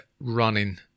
running